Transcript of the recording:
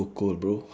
so cold bro